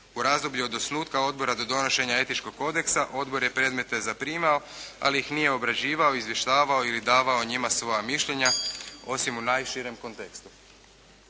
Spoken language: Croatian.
U razdoblju od osnutka odbora do donošenja etičkog kodeksa odbor je predmete zaprimao, ali ih nije obrađivao, izvještavao ili davao o njima svoja mišljenja, osim u najširem kontekstu.